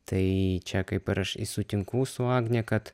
tai čia kaip ir aš sutinku su agne kad